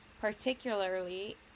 particularly